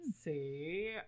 See